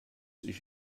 ich